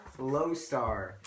Lowstar